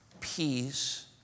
peace